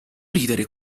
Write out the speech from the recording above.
ridere